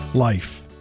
Life